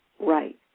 right